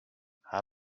how